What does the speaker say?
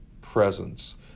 presence